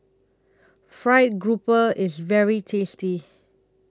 Fried Grouper IS very tasty